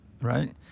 right